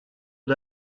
the